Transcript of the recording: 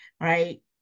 right